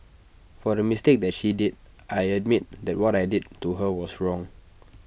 for the mistake that she did I admit that what I did to her was wrong